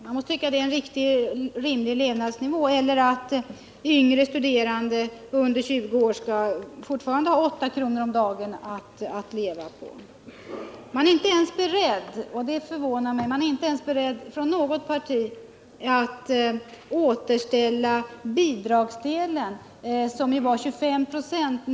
Man måste tycka att det är en rimlig levnadsnivå liksom att de yngre studerande under 20 år fortfarande skall ha 8 kr. om dagen att leva på. Man är inte inom något parti beredd — och det förvånar mig — att ens återställa bidragsdelen till det ursprungliga läget.